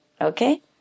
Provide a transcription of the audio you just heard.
okay